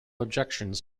objections